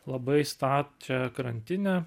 labai stačią krantinę